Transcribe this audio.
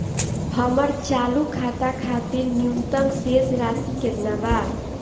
हमर चालू खाता खातिर न्यूनतम शेष राशि केतना बा?